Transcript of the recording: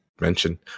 mention